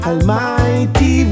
Almighty